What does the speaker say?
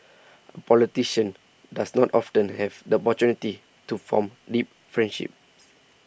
a politician does not often have the opportunity to form deep friendships